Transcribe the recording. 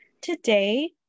Today